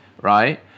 right